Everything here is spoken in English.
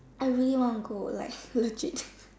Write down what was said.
I really want to go like legit